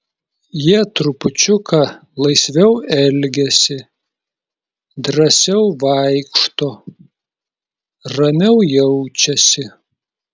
jie trupučiuką laisviau elgiasi drąsiau vaikšto ramiau jaučiasi